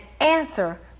answer